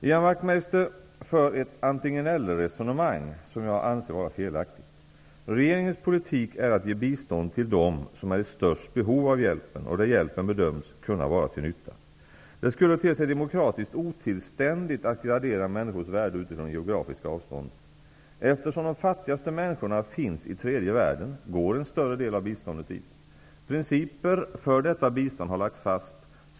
Ian Wachtmeister för ett antingen-ellerresonemang som jag anser vara felaktigt. Regeringens politik är att ge bistånd till dem som är i störst behov av hjälpen och där hjälpen bedöms kunna vara till nytta. Det skulle te sig demokratiskt otillständigt att gradera människors värde utifrån geografiska avstånd. Eftersom de fattigaste människorna finns i tredje världen går en större del av biståndet dit. Principer för detta bistånd har lagts fast.